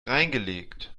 reingelegt